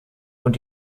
und